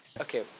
Okay